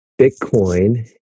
Bitcoin